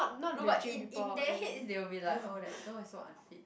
no but in in their heads they will be like oh that girl is so unfit